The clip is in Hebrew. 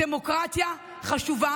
הדמוקרטיה חשובה,